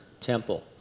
Temple